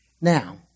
Now